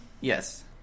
Yes